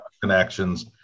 connections